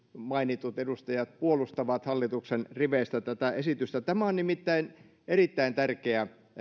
mainitut edustajat puolustavat hallituksen riveistä tätä esitystä tämä on nimittäin erittäin tärkeä